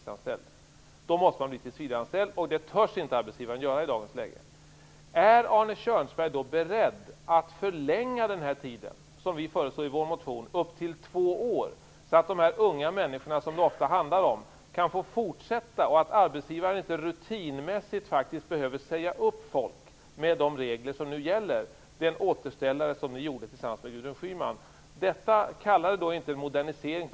Därefter måste det bli fråga om tillsvidareanställning, men arbetsgivarna törs inte tillsvidareanställa i dag. Är då Arne Kjörnsberg beredd att, som vi föreslår i vår motion, förlänga tiden upp till två år? Då kan de unga människor som det ofta handlar om få fortsätta att arbeta, och arbetsgivarna behöver inte rutinmässigt säga upp folk - något som ofta blir fallet på grund av de regler som gäller efter återställaren ni gjorde tillsammans med Man behöver inte kalla det för modernisering.